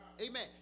Amen